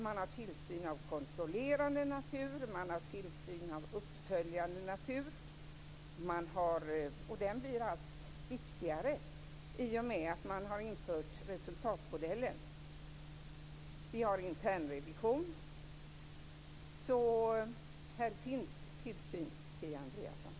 Man har tillsyn av kontrollerande natur. Man har tillsyn av uppföljande natur, vilken blir allt viktigare i och med att man har infört resultatmodellen. Man har också internrevision. Här finns alltså tillsyn, Kia Andreasson.